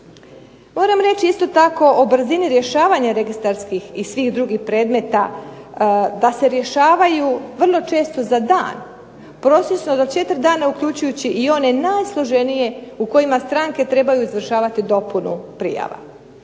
Moram reći isto tako o brzini rješavanja registarskih i svih drugih predmeta, pa se rješavaju vrlo često za dan, prosječno do 4 dana uključujući i one najsloženije u kojima stranke trebaju izvršavati dopunu prijava.